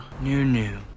New-new